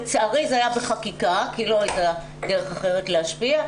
לצערי זה היה בחקיקה כי לא הייתה דרך אחרת להשפיע,